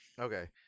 Okay